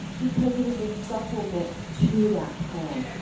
because it is a supplement to that plan.